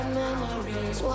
memories